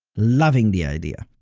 loving the idea.